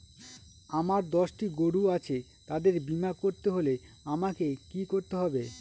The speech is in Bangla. আমার দশটি গরু আছে তাদের বীমা করতে হলে আমাকে কি করতে হবে?